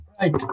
Right